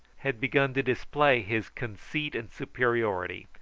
had begun to display his conceit and superiority,